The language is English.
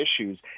issues